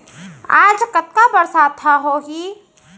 आज कतका बरसात ह होही?